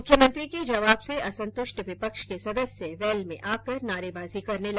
मुख्यमंत्री के जवाब से असंतृष्ट विपक्ष के सदस्य वैल में आकर नारेबाजी की